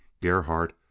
Gerhardt